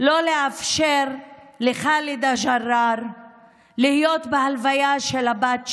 לא לאפשר לח'אלדה ג'ראר להיות בהלוויה של הבת שלה,